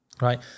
Right